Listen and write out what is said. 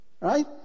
Right